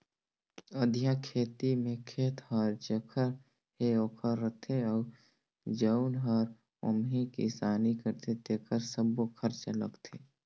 अधिया खेती में खेत हर जेखर हे ओखरे रथे अउ जउन हर ओम्हे किसानी करथे तेकरे सब्बो खरचा लगथे